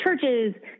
churches